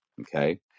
okay